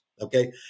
okay